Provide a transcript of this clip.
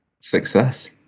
Success